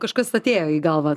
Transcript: kažkas atėjo į galvą